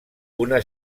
una